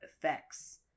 effects